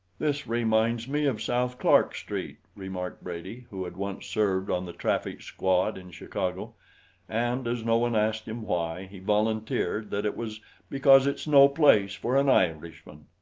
this reminds me of south clark street, remarked brady, who had once served on the traffic squad in chicago and as no one asked him why, he volunteered that it was because it's no place for an irishman.